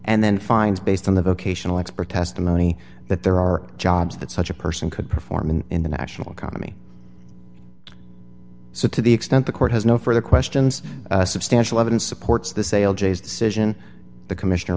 and then finds based on the vocational expert testimony that there are jobs that such a person could perform in in the national economy so to the extent the court has no further questions substantial evidence supports the sale g s decision the commissioner